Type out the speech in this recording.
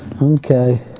Okay